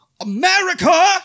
America